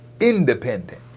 independent